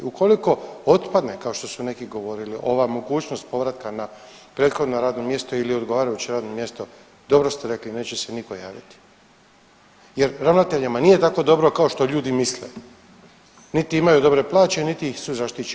Ukoliko otpadne kao što su neki govorili ova mogućnost povratka na prethodno radno mjesto ili odgovarajuće radno mjesto, dobro ste rekli neće se niko javiti jer ravnateljima nije tako dobro kao što ljudi misle, niti imaju dobre plaće, niti su zaštićeni.